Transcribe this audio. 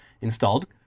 installed